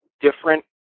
different